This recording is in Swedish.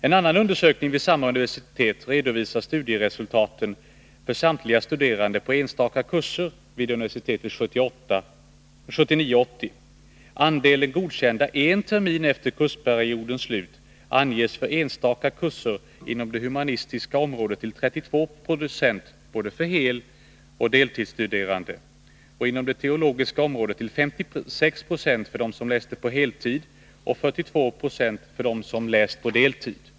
En annan undersökning vid samma universitet redovisar studieresultaten för samtliga studerande på enstaka kurser vid universitetet 1979/80. Andelen godkända en termin efter kursperiodens slut anges för enstaka kurser inom det humanistiska området till 32 20 — både för heloch deltidsstuderande —, inom det teologiska området till 56 96 för dem som läst på heltid och 42 96 för dem som läst på deltid.